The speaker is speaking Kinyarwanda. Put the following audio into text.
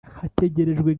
hategerejwe